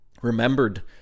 remembered